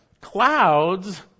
clouds